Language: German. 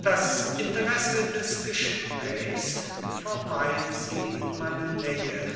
das interesse des gesprächs verweilt sie in meiner nähe